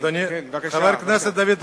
חבר הכנסת דוד רותם,